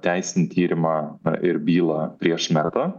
teisinį tyrimą na ir bylą prieš metą